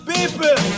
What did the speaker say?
People